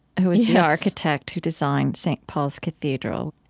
who is the architect who designed st. paul's cathedral,